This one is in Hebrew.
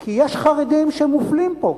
כי יש חרדים שמופלים פה.